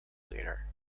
cleaner